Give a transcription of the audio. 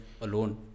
alone